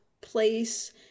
place